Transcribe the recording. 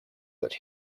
that